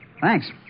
Thanks